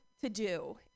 to-do